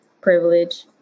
privilege